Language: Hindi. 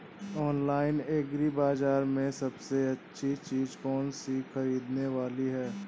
ऑनलाइन एग्री बाजार में सबसे अच्छी चीज कौन सी ख़रीदने वाली है?